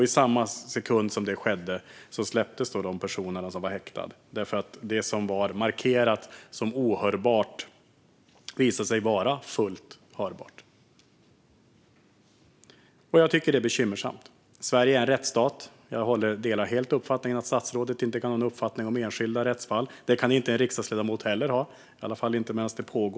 I samma sekund som det skedde släpptes de personer som var häktade, för det som var markerat som ohörbart visade sig vara fullt hörbart. Jag tycker att detta är bekymmersamt. Sverige är en rättsstat. Jag instämmer helt i att statsrådet inte ska ha någon uppfattning om enskilda rättsfall. Det kan inte en riksdagsledamot heller ha, i alla fall inte medan det pågår.